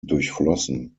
durchflossen